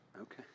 Okay